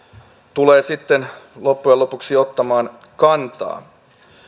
tulee loppujen lopuksi ottamaan kantaa